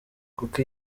kuko